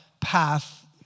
path